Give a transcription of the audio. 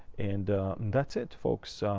and that's it, folks.